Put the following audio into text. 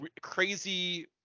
crazy